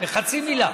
בחצי מילה.